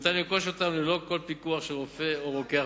וניתן לרכוש אותם ללא כל פיקוח של רופא או רוקח.